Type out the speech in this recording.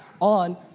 on